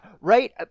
right